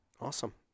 Awesome